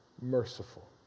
merciful